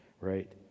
right